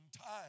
time